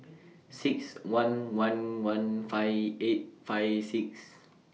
six one one one five eight five six